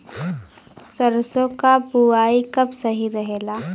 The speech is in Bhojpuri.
सरसों क बुवाई कब सही रहेला?